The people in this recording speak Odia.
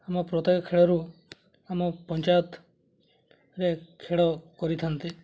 ଆମ ପ୍ରତ୍ୟେକ ଖେଳରୁ ଆମ ପଞ୍ଚାୟତରେ ଖେଳ କରିଥାନ୍ତି